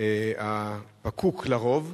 פקוק לרוב,